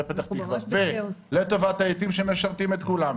פתח תקווה ולטובת העצים שמשרתים את כולם,